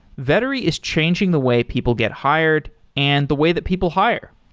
vettery is changing the way people get hired and the way that people hire.